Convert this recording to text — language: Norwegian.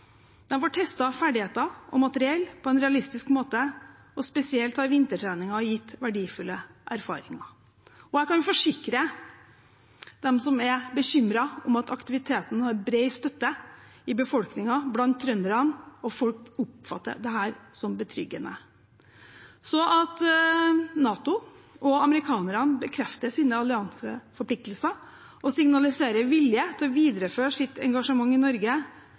dem som er bekymret, om at aktiviteten har bred støtte i befolkningen, blant trønderne – folk oppfatter dette som betryggende. At NATO og amerikanerne bekrefter sine allianseforpliktelser og signaliserer vilje til å videreføre sitt engasjement i Norge,